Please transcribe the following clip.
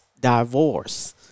divorce